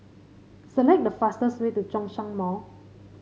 select the fastest way to Zhongshan Mall